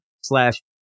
slash